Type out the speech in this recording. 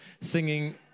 singing